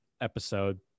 episode